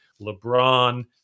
LeBron